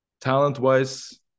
talent-wise